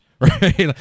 right